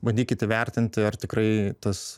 bandykit įvertinti ar tikrai tas